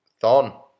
Thon